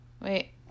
Wait